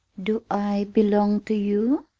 do i belong to you?